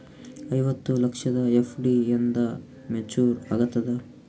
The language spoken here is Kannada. ಐವತ್ತು ಲಕ್ಷದ ಎಫ್.ಡಿ ಎಂದ ಮೇಚುರ್ ಆಗತದ?